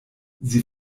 sie